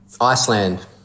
Iceland